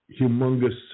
humongous